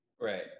Right